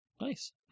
Nice